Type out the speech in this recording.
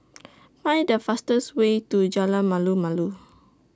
Find The fastest Way to Jalan Malu Malu